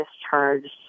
discharged